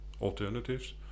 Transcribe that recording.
alternatives